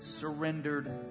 surrendered